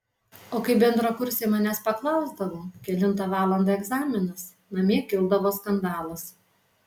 o kai bendrakursiai manęs paklausdavo kelintą valandą egzaminas namie kildavo skandalas